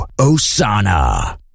Osana